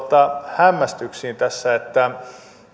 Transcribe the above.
hämmästyksiin tässä että